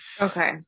Okay